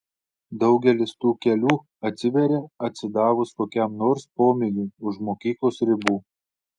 daugelis tų kelių atsiveria atsidavus kokiam nors pomėgiui už mokyklos ribų